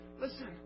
listen